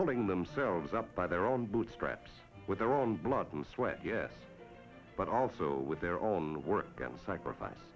pulling themselves up by their own bootstraps with their own blood and sweat yes but also with their own work and sacrifice